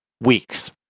weeks